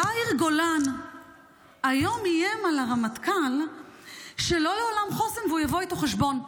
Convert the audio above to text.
יאיר גולן איים היום על המפכ"ל שלא לעולם חוסן והוא יבוא איתו חשבון.